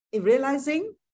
realizing